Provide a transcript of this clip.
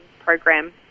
program